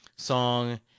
Song